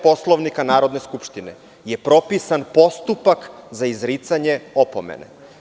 Poslovnika Narodne skupštine je propisan postupak za izricanje opomene.